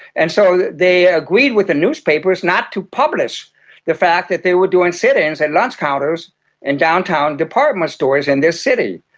and so they agreed with the newspapers not to publish the fact that they were doing sit-ins at lunch counters and downtown department stores in this city.